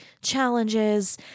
challenges